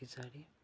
एह् साढ़ी